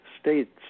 states